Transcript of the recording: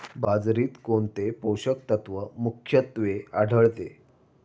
बाजरीत कोणते पोषक तत्व मुख्यत्वे आढळते?